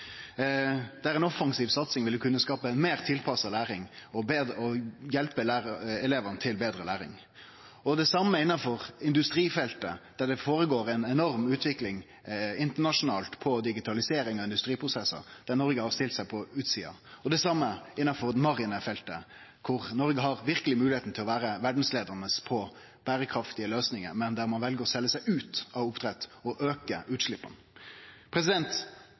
der det går føre seg ei enorm utvikling internasjonalt når det gjeld digitalisering av industriprosessar, har Noreg stilt seg på utsida. Innanfor det marine feltet er det verkeleg mogleg for Noreg å vere verdsleiande når det gjeld berekraftige løysingar, men der vel ein å selje seg ut av oppdrett og auke